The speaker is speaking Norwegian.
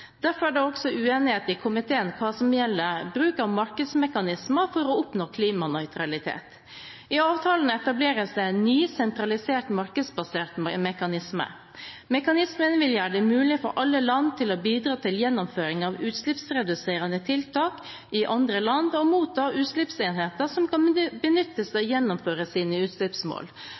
Derfor er det også uenighet i komiteen hva gjelder bruk av markedsmekanismer for å oppnå klimanøytralitet. I avtalen etableres det en ny, sentralisert, markedsbasert mekanisme. Mekanismen vil gjøre det mulig for alle land å bidra til gjennomføringen av utslippsreduserende tiltak i andre land og motta utslippsenheter som kan benyttes til å gjennomføre deres utslippsmål.